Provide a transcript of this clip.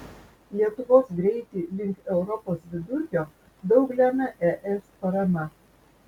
lietuvos greitį link europos vidurkio daug lemia es parama